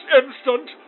instant